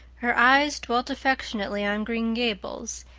her eyes dwelt affectionately on green gables,